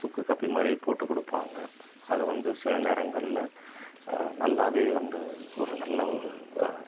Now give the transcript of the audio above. சுக்கு காபி மாதிரி போட்டு கொடுப்பாங்க அதுவந்து சில நேரங்களில் நல்லாவே வந்து ஒரு நல்ல ஒரு